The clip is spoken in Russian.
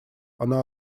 она